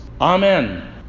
Amen